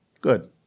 Good